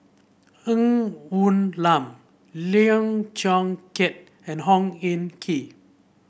Ng Woon Lam Lim Chong Keat and Hong Hin Kee